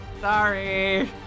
Sorry